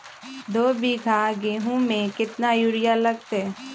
दो बीघा गेंहू में केतना यूरिया लगतै?